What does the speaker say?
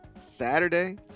Saturday